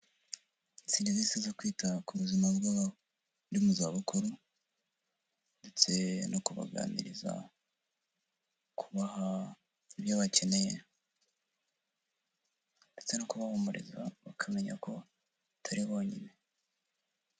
Serivisi zo kwita ku buzima bwabari mu zabukuru, ndetse no kubaganiriza kubaha ibyo bakeneye ndetse no kubahumuriza bakamenya ko atariri bonyine.